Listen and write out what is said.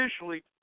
officially